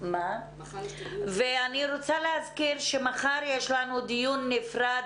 אני רוצה להזכיר שמחר יש לנו דיון נפרד